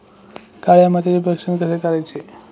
काळ्या मातीचे परीक्षण कसे करायचे?